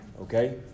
okay